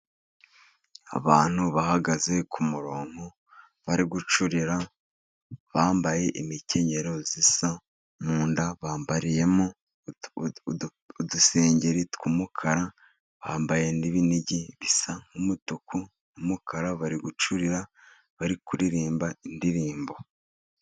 Abantu bahagaze ku murongo bari gucurira, bambaye imikenyero isa, mu nda bambariyemo udusengeri tw'umukara, bambaye n'ibinigi bisa nk'umutuku n'umukara. Bari gucurira bari kuririmba indirimbo.